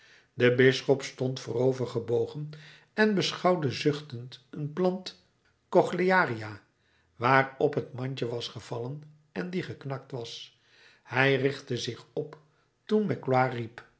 de bisschop stond voorover gebogen en beschouwde zuchtend een plant cochléaria waarop het mandje was gevallen en die geknakt was hij richtte zich op toen magloire riep